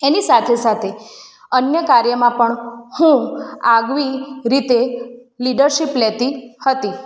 એની સાથે સાથે અન્ય કાર્યમાં પણ હું આગવી રીતે લીડરશિપ લેતી હતી